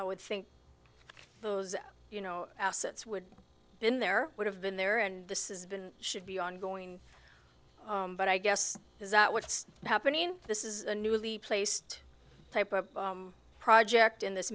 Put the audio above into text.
i would think those you know assets would been there would have been there and this is been should be ongoing but i guess is that what's happening this is a newly placed type of project in this